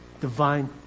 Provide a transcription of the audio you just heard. divine